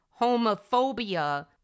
homophobia